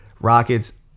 Rockets